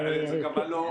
נכון.